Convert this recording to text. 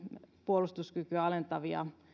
puolustuskykyä alentavia